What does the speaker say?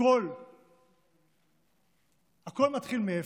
הכול מתחיל מאפס,